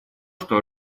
что